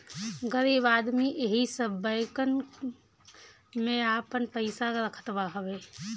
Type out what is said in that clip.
गरीब आदमी एही सब बैंकन में आपन पईसा रखत हवे